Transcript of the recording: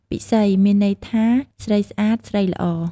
ពិសី មានន័យថាស្រីស្អាត ស្រីល្អ។